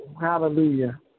hallelujah